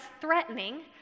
threatening